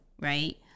Right